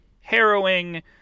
harrowing